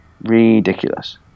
Ridiculous